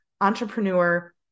Entrepreneur